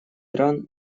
иран